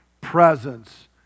presence